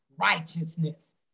righteousness